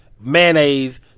mayonnaise